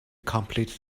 complete